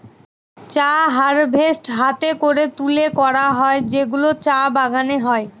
চা হারভেস্ট হাতে করে তুলে করা হয় যেগুলো চা বাগানে হয়